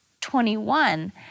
21